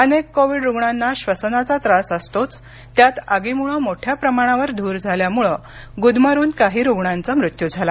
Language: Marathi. अनेक कोविड रुग्णांना श्वसनाचा त्रास असतोच त्यात आगीमुळे मोठ्या प्रमाणावर धूर झाल्यामुळे गुदमरून काही रुग्णांचा मृत्यू झाला